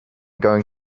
going